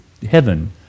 Heaven